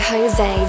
Jose